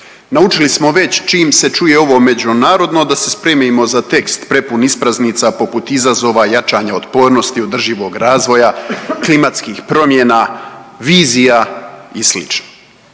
Naučili smo već čim se čuje ovo međunarodno da se spremimo za tekst prepun ispraznica poput izazova, jačanja otpornosti, održivog razvoja, klimatskih promjena, vizija i